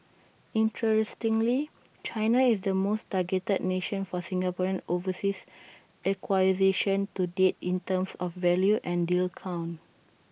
interestingly China is the most targeted nation for Singaporean overseas acquisitions to date in terms of value and deal count